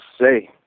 say